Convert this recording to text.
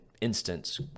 instance